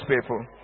people